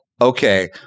Okay